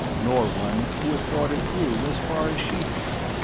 nor one who had thought it through as far as she had.